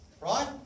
Right